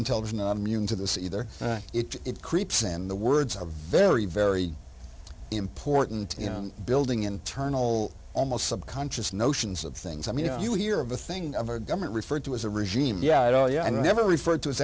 and television to the sea there it creeps in the words of very very important you know building internal almost subconscious notions of things i mean you hear of a thing of our government referred to as a regime yeah yeah i never referred to as